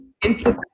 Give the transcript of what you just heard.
Instagram